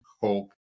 Hope